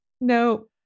no